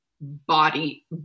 body